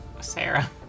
Sarah